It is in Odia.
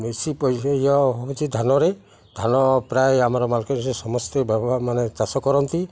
ବେଶି ହେଉଛି ଧାନରେ ଧାନ ପ୍ରାୟ ଆମର ମାଲକେ ସେ ସମସ୍ତେ ମାନେ ଚାଷ କରନ୍ତି